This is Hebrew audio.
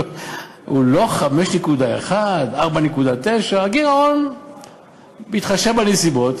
5.1%; 4.9%; בהתחשב בנסיבות,